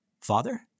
father